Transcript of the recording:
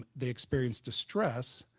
um they experience distress,